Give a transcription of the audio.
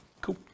Cool